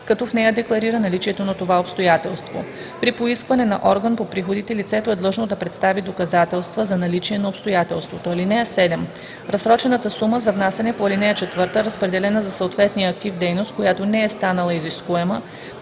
като в нея декларира наличието на това обстоятелство. При поискване от орган по приходите лицето е длъжно да представи доказателства за наличие на обстоятелството. (7) Разсрочената сума за внасяне по ал. 4, разпределена за съответния актив/дейност, която не е станала изискуема,